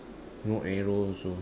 no arrow also